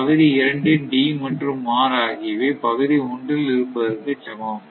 பகுதி இரண்டின் D மற்றும் R ஆகியவை பகுதி ஒன்றில் இருப்பதற்கு சமம்